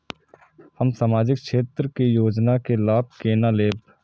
हम सामाजिक क्षेत्र के योजना के लाभ केना लेब?